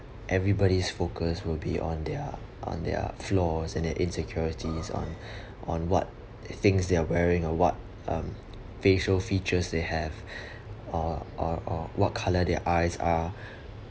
everybody's focus will be on their on their flaws and then insecurities on on what things they are wearing or what um facial features they have or or or what colour their eyes are